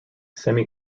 semi